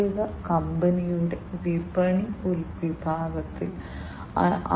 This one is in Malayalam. സ്മാർട്ട് സെൻസറുകൾ കോൺഫിഗർ ചെയ്യാൻ ഉപയോഗിക്കുന്ന വ്യത്യസ്ത ഘടകങ്ങളാണിവ